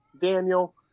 Daniel